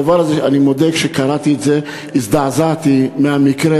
אני מודה שכשקראתי את זה הזדעזעתי מהמקרה.